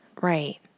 Right